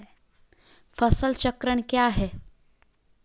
फसल चक्रण क्या है?